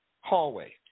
hallway